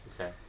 okay